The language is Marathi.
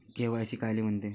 के.वाय.सी कायले म्हनते?